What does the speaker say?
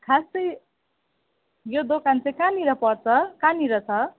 खासै यो दोकान चाहिँ कहाँनिर पर्छ कहाँनिर छ